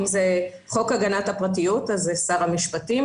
אם זה חוק הגנת הפרטיות, אז זה שר המשפטים.